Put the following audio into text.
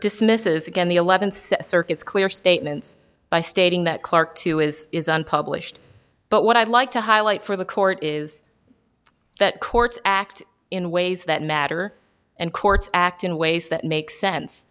dismisses again the eleventh circuit is clear statements by stating that clarke to is is unpublished but what i'd like to highlight for the court is that courts act in ways that matter and courts act in ways that make sense